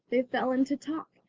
they fell into talk,